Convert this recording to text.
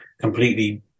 completely